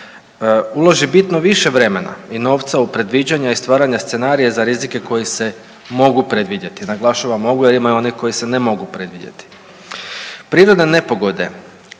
uloži bitno više vremena i novca u predviđanje i stvaranje scenarija za rizike koji se mogu predvidjeti. Naglašavam mogu jer ima i onih koji se ne mogu predvidjeti. Prirodne nepogode,